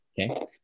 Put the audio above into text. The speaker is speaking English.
Okay